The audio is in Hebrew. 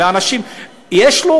יש לו?